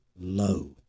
low